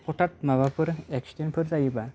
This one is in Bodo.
हथात माबाफोर एक्सिदेन्त फोर जायोब्ला